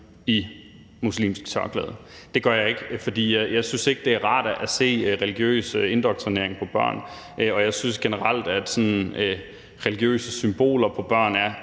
muslimsk tørklæde. Det gør jeg ikke, for jeg synes ikke, det er rart at se religiøs indoktrinering over for børn, og jeg synes generelt, at religiøse symboler på børn er